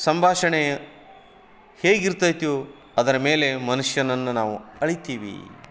ಸಂಭಾಷಣೆಯು ಹೇಗೆ ಇರ್ತೈತೋ ಅದರ ಮೇಲೆ ಮನುಷ್ಯನನ್ನು ನಾವು ಅಳೀತೀವಿ